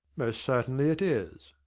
most certainly it is.